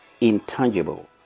intangible